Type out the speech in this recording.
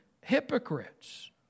hypocrites